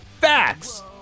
facts